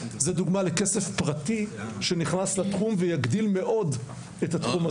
זה דוגמא לכסף פרטי שנכנס לתחום ויגדיל מאוד את התחום הזה.